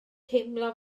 teimlo